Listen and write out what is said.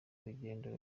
urugendo